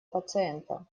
пациента